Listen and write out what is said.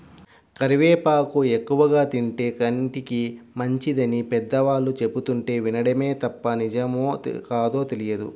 కరివేపాకు ఎక్కువగా తింటే కంటికి మంచిదని పెద్దవాళ్ళు చెబుతుంటే వినడమే తప్ప నిజమో కాదో తెలియదు